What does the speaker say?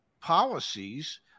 policies